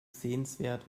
sehenswert